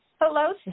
Hello